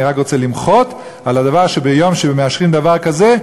אני רק רוצה למחות על הדבר שביום שמאשרים דבר כזה,